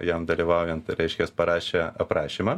jam dalyvaujant reiškias parašė aprašymą